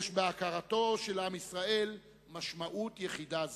יש בהכרתו של עם ישראל משמעות יחידה זו".